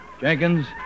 Jenkins